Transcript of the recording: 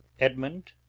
edmund,